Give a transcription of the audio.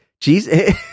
Jesus